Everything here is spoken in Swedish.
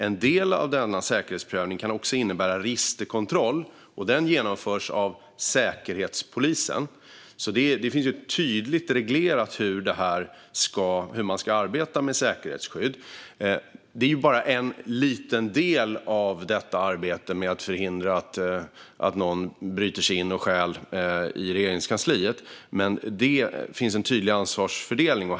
En del av denna säkerhetsprövning kan också innebära registerkontroll, och den genomförs av Säkerhetspolisen. Det finns alltså tydligt reglerat hur man ska arbeta med säkerhetsskydd. Detta är bara en liten del i arbetet med att förhindra att någon bryter sig in och stjäl i Regeringskansliet, men det finns en tydlig ansvarsfördelning.